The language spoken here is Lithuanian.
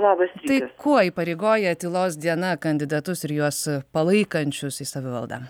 tai kuo įpareigoja tylos diena kandidatus ir juos palaikančius į savivaldą